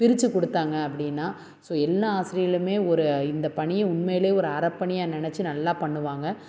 பிரித்து கொடுத்தாங்க அப்படினா ஸோ எல்லா ஆசிரியர்களுமே ஒரு இந்த பணியை உண்மையிலே ஒரு அறப்பணியாக நினச்சு நல்லா பண்ணுவாங்க